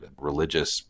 religious